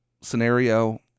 scenario